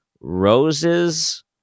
Roses